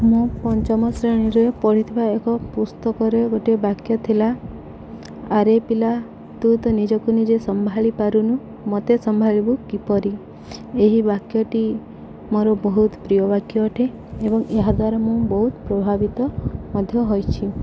ମୁଁ ପଞ୍ଚମ ଶ୍ରେଣୀରେ ପଢ଼ିଥିବା ଏକ ପୁସ୍ତକରେ ଗୋଟେ ବାକ୍ୟ ଥିଲା ଆରେ ପିଲା ତୁ ତ ନିଜକୁ ନିଜେ ସମ୍ଭାଳି ପାରୁନୁ ମୋତେ ସମ୍ଭାଳିବୁ କିପରି ଏହି ବାକ୍ୟଟି ମୋର ବହୁତ ପ୍ରିୟ ବାକ୍ୟ ଅଟେ ଏବଂ ଏହାଦ୍ୱାରା ମୁଁ ବହୁତ ପ୍ରଭାବିତ ମଧ୍ୟ ହୋଇଛି